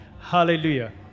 Hallelujah